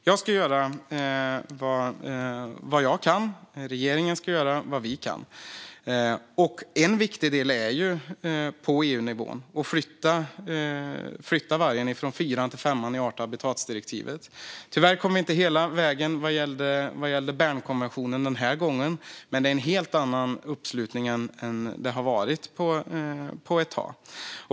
Jag och regeringen ska göra vad vi kan. En viktig del är att på EU-nivå flytta vargen från bilaga 4 till bilaga 5 till art och habitatdirektivet. Tyvärr kom vi inte hela vägen vad gäller Bernkonventionen den här gången, men det är en helt annan uppslutning än det har varit på ett tag.